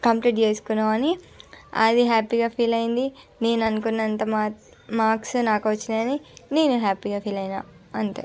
complete చేసుకున్నావు అని అది హ్యాపీగా ఫీల్ అయింది నేను అనుకున్నంత మార్క్స్ నాకు వచ్చాయని నేను హ్యాపీగా ఫీల్ అయినా అంతే